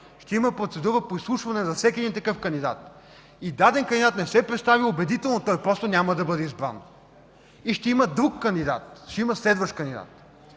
ще има процедура по изслушване на всеки такъв кандидат, и ако даден кандидат не се представи убедително, той просто няма да бъде избран. Ще има друг, следващ кандидат.